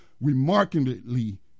remarkably